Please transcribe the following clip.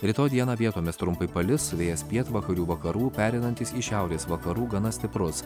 rytoj dieną vietomis trumpai palis vėjas pietvakarių vakarų pereinantis į šiaurės vakarų gana stiprus